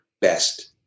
best